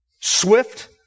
swift